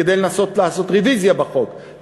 כדי לנסות לעשות רוויזיה בחוק,